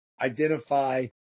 identify